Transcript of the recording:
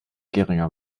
geringer